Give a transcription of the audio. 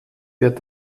wird